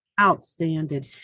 outstanding